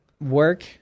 work